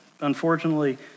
unfortunately